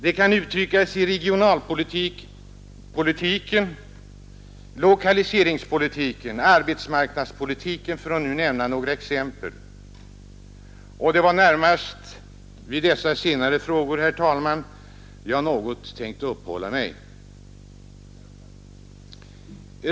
Det kan uttryckas i regionalpolitiken, lokaliseringspolitiken och arbetsmarknadspolitiken, för att nu nämna några exempel. Det var närmast vid dessa senare frågor, herr talman, jag något tänkte uppehålla mig.